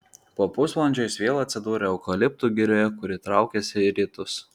po pusvalandžio jis vėl atsidūrė eukaliptų girioje kuri traukėsi į rytus